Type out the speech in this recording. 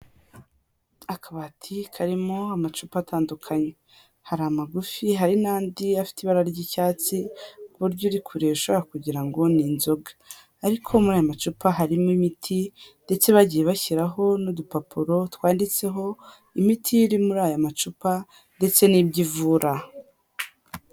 Akabati karimo amacupa atandukanye, hari amagufi hari n'andi afite ibara ry'icyatsi, ku buryo uri kurireba ushobora kugira ngo ni inzoga ariko muri aya macupa harimo imiti ndetse bagiye bashyiraho n'udupapuro twanditseho imiti iri muri aya macupa ndetse n'ibyo ivura.